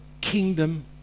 kingdom